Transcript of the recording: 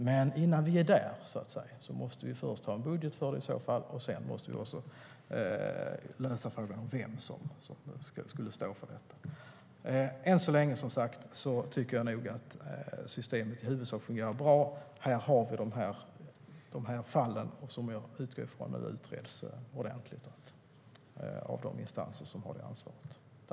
Men innan vi är där måste vi ha en budget för det, och sedan får vi lösa frågan om vem som skulle stå för detta. Än så länge, som sagt, tycker jag nog att systemet i huvudsak fungerar bra. Jag utgår från att de här fallen utreds ordentligt av de instanser som har det ansvaret.